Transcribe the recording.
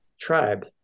tribe